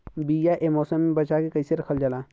बीया ए मौसम में बचा के कइसे रखल जा?